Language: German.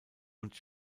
und